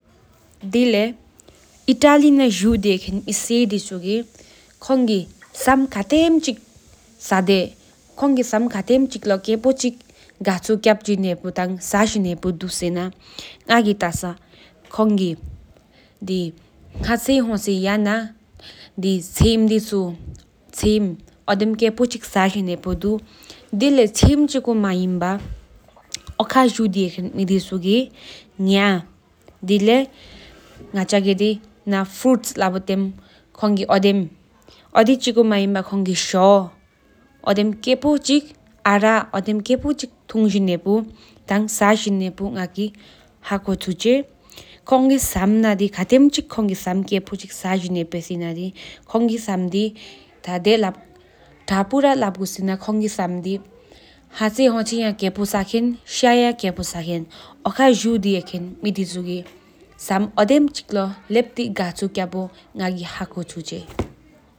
ཨི་ཏ་ལི་ན་ཇཱསིཏ་དི་ཧེལ་ཧེན་མེ་དེ་ཆུ་གི་ཁོང་གི་བསམ་ཁའི་ཆེ་ཁེཔོ་སའ་ཟིན་ཧེཔོ་དུ་སེ་ན་ང་གི་ཏ་ས་ཁོང་གི་ཧ་ཅི་ཧོ་ཙི་པ་འདེམ་ཁེཔོ་ས་ཟིན་ཧེཔོ་ང་གི་ཧ་ཁོར་ཆུ་ཆེ། དེ་ལས་ཅི་མ་ཅིག་མེན་བྲག་འོ་འཁྲུ་དེ་ཧེཁེན་མེ་དེ་ཆུ་གི་ང་བརདེ་ལས་ཕྲོམ་ཨོསེདེམ་སྤད་ཨྲ་ཨོསེདེམ་ཁེཔོ་སར་ཚིན་ཧེཔོ། ཐ་ས་ཟིན་ཧེཔོ་ང་གི་ཧ་ཁོར་ཆུ་ཆེ་ཁོང་གི་བསམ་ན་དི་ཁོང་གི་ཁའི་ཚོ་ཁེཔོ་སའ་ཟིན་ཧེཔོ་དུ་སེ་ན་ཅི་མ་ཐ་ཧས་ཡ་ནག་ར་ས༔ཁྲེན་སུ་ཤོ་མིདིགར་་ཨོསེདེམ་ལོ་ལེཏྋྲ་འུ་ཀྱ་ཏི་ཧེཔོ་ང་གི་ཧ་ཁོར་ཆུ་ཆེ།